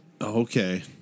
Okay